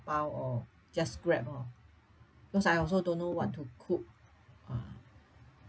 or just grab oh because I also don't know what to cook ah